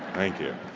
thank you.